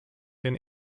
den